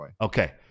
Okay